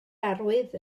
arwydd